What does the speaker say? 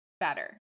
better